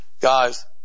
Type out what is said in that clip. Guys